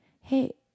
hey